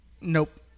Nope